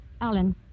Alan